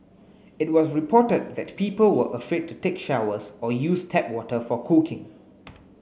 it was reported that people were afraid to take showers or use tap water for cooking